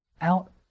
out